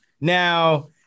Now